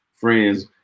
friends